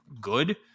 good